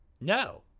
no